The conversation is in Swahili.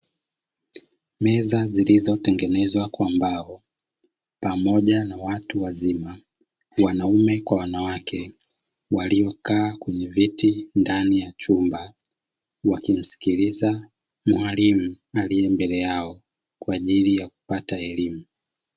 Meza zilizotengenezwa kwa mbao pamoja na watu wazima wanaume kwa wanawake waliokaa kwenye viti ndani ya chumba wakimsikiliza mwalimu aliye mbele yao kwa ajili ya kupata elimu.